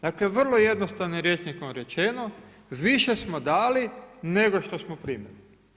Dakle, vrlo jednostavnim rječnikom rečeno, više smo dali nego što smo primili.